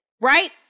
right